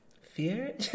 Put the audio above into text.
fear